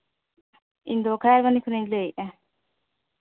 ᱤᱧ ᱫᱚ ᱠᱷᱟᱭᱟᱨᱵᱚᱱᱤ ᱠᱷᱚᱱᱤᱧ ᱞᱟᱹᱭᱮᱜᱼᱟ